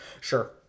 Sure